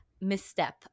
misstep